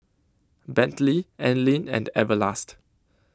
Bentley Anlene and Everlast